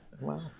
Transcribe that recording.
Wow